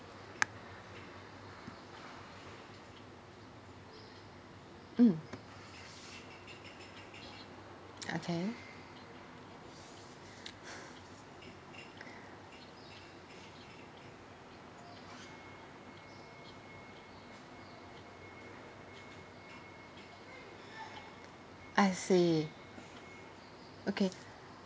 mm okay I see okay